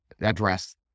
address